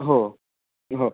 हो हो